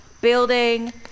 building